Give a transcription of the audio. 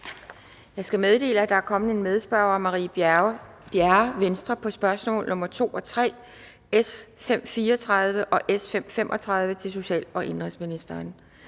Jeg skal meddele, at der er kommet en medspørger, Marie Bjerre (V), på spørgsmål nr. 2 og 3 (S 534 og S 535) til social- og indenrigsministeren.